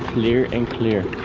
clear and clear.